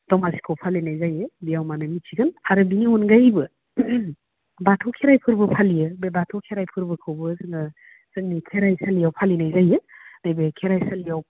दमासिखौ फालिनाय जायो बेयाव माने मिथिगोन आरो बिनि अनगायैबो बाथौ खेराइ फोरबो फालियो बे बाथौ खेराइ फोरबोखौबो जोङो जोंनि खेराइसालियाव फालिनाय जायो नैबे खेराइसालियाव